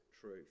truth